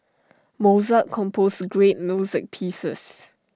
Mozart composed great music pieces